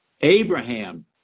Abraham